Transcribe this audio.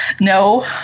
No